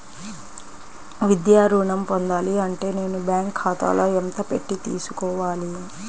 విద్యా ఋణం పొందాలి అంటే నేను బ్యాంకు ఖాతాలో ఎంత పెట్టి తీసుకోవాలి?